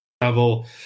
travel